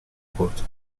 برد